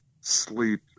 sleep